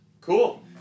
Cool